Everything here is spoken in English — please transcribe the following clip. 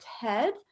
Ted